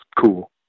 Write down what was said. cool